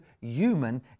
human